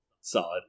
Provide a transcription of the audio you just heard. Solid